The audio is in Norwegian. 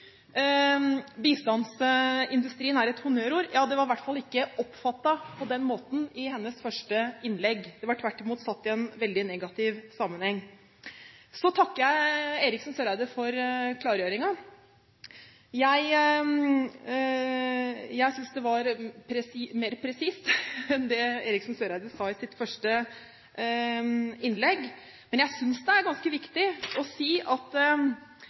bistandsindustrien er et honnørord. Det ble i hvert fall ikke oppfattet på den måten i hennes første innlegg, det var tvert imot satt i en veldig negativ sammenheng. Så takker jeg Eriksen Søreide for klargjøringen. Jeg synes det var mer presist enn det Eriksen Søreide sa i sitt første innlegg. Men jeg synes det er ganske viktig å si at